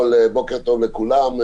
בוקר טוב לכולם,